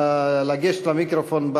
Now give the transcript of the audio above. לגשת למיקרופון,